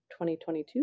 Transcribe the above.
2022